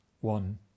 one